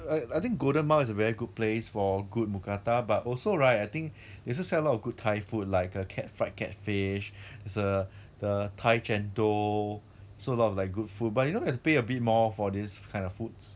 I I think golden mile is a very good place for good mookata but also right I think they also sell a lot of good thai food like err cat fried catfish there's uh the thai chendol so a lot of like good food but you know you have to pay a bit more for this kind of foods